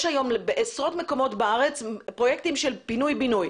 יש היום בעשרות מקומות בארץ פרויקטים של פינוי-בינוי.